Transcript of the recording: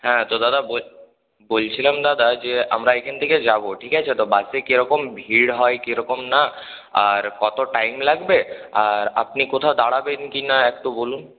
হ্যাঁ তো দাদা বলছিলাম দাদা যে আমরা এইখান থেকে যাব ঠিক আছে তো বাসে কীরকম ভিড় হয় কীরকম না আর কত টাইম লাগবে আর আপনি কোথাও দাঁড়াবেন কি না একটু বলুন